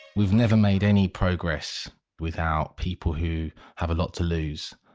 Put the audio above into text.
we've never made any progress without people who have a lot to lose.